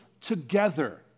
together